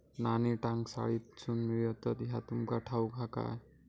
नाणी टांकसाळीतसून मिळतत ह्या तुमका ठाऊक हा काय